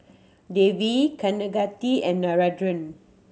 Devi Kaneganti and Narendra